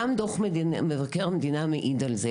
גם דוח מבקר המדינה מעיד על זה.